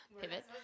pivot